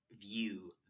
view